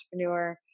entrepreneur